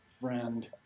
friend